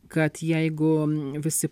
kad jeigu visi